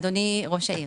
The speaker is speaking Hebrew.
אדוני ראש העיר,